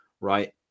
right